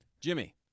Jimmy